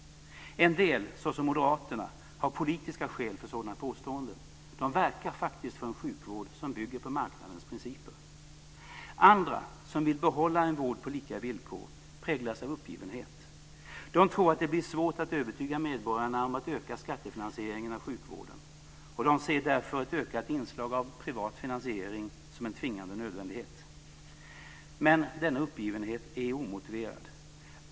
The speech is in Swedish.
En del, såsom Moderaterna, har politiska skäl för sådana påståenden. De verkar faktiskt för en sjukvård som bygger på marknadens principer. Andra, som vill behålla en vård på lika villkor, präglas av uppgivenhet. De tror att det blir svårt att övertyga medborgarna om att öka skattefinansieringen av sjukvården, och de ser därför ett ökat inslag av privat finansiering som en tvingande nödvändighet. Men denna uppgivenhet är omotiverad.